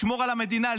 לשמור על המדינה,